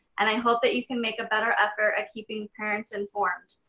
and i hope that you can make a better effort at keeping parents informed.